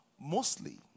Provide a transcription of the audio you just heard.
Mostly